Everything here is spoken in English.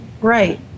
right